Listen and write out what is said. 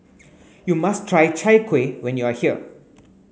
you must try Chai Kuih when you are here